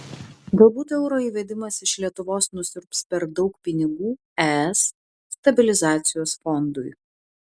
galbūt euro įvedimas iš lietuvos nusiurbs per daug pinigų es stabilizacijos fondui